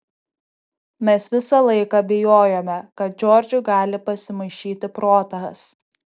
mes visą laiką bijojome kad džordžui gali pasimaišyti protas